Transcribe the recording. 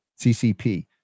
CCP